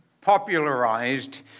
popularized